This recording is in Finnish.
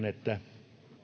että